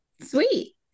Sweet